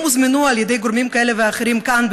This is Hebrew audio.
הם הוזמנו על ידי גורמים כאלה ואחרים כאן,